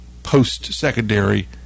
post-secondary